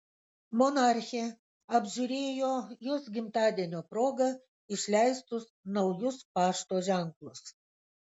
monarchė apžiūrėjo jos gimtadienio proga išleistus naujus pašto ženklus